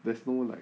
there's no like